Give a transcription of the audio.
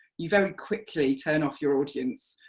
you very quickly turn off your audience,